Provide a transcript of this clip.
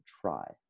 try